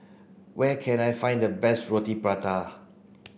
where can I find the best Roti Prata